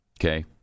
Okay